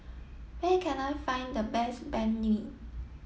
where can I find the best Banh Mi